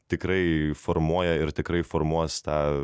tikrai formuoja ir tikrai formuos tą